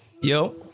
yo